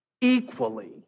Equally